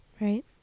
Right